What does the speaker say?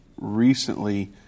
recently